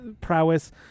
prowess